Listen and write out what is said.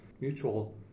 mutual